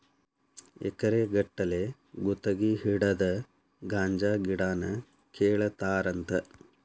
ಎಕರೆ ಗಟ್ಟಲೆ ಗುತಗಿ ಹಿಡದ ಗಾಂಜಾ ಗಿಡಾನ ಕೇಳತಾರಂತ